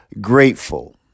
grateful